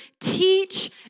teach